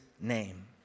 name